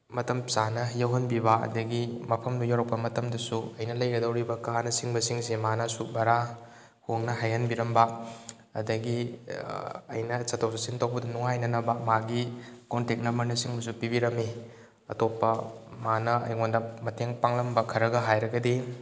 ꯃꯇꯝ ꯆꯥꯅ ꯌꯧꯍꯟꯕꯤꯕ ꯑꯗꯨꯗꯒꯤ ꯃꯐꯝꯗꯨ ꯌꯧꯔꯛꯄ ꯃꯇꯝꯗꯁꯨ ꯑꯩꯅ ꯂꯩꯒꯗꯧꯔꯤꯕ ꯀꯥꯅꯆꯤꯡꯕꯁꯤꯡꯁꯦ ꯃꯥꯅꯁꯨ ꯚꯔꯥ ꯍꯣꯡꯅ ꯍꯥꯏꯍꯟꯕꯤꯔꯝꯕ ꯑꯗꯨꯗꯒꯤ ꯑꯩꯅ ꯆꯠꯊꯣꯛ ꯆꯠꯁꯤꯟ ꯇꯧꯕꯗ ꯅꯨꯉꯥꯏꯅꯅꯕ ꯃꯥꯒꯤ ꯀꯣꯟꯇꯦꯛ ꯅꯝꯕꯔꯅꯆꯤꯡꯕꯁꯨ ꯄꯤꯕꯤꯔꯝꯃꯤ ꯑꯇꯣꯞꯄ ꯃꯥꯅ ꯑꯩꯉꯣꯟꯗ ꯃꯇꯦꯡ ꯄꯥꯡꯂꯝꯕ ꯈꯔꯒ ꯍꯥꯏꯔꯒꯗꯤ